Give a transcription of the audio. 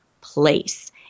place